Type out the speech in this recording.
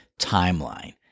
timeline